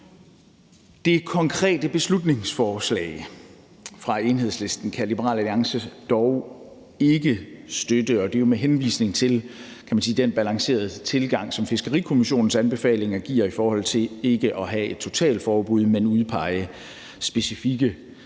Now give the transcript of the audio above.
Det konkrete beslutningsforslag fra Enhedslisten kan Liberal Alliance dog ikke støtte, og det er med henvisning til den balancerede tilgang, som Fiskerikommissionens anbefalinger giver i forhold til ikke at have et totalforbud, men at udpege specifikke trawlfri